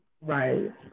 right